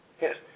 yes